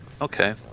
Okay